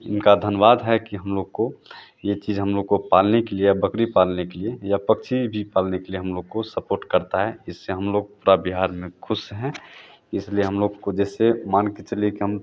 उनका धन्यवाद है कि हम लोग को यह चीज़ हम लोग को पालने के लिए या बकरी पालने के लिए या पक्षी भी पालने के लिए हम लोग को सपोर्ट करती है जिससे हम लोग पूरे बिहार में खुश हैं इसलिए हम लोग जैसे मानकर चलिए कि हम